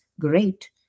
great